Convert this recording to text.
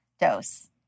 dose